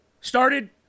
started